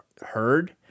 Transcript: heard